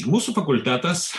mūsų fakultetas